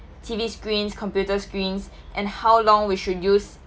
T_V screens computer screens and how long we should use